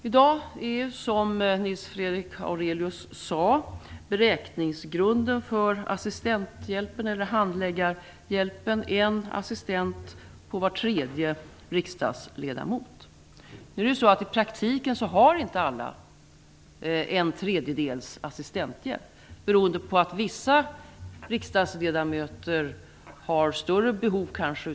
I dag är, som Nils Fredrik Aurelius sade, beräkningsgrunden för assistenthjälpen eller handläggarhjälpen en assistent på var tredje riksdagsledamot. Nu har i praktiken inte alla en tredjedels assistenthjälp beroende på att vissa riksdagsledamöter kanske har större behov av hjälp.